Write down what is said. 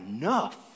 enough